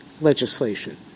legislation